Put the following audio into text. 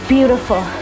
Beautiful